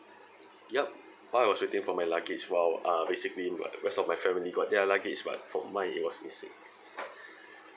yup while I was waiting for my luggage while uh basically my rest of my family got their luggage but for mine it was missing